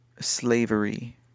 slavery